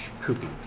Poopy